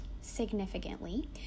significantly